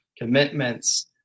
commitments